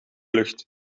lucht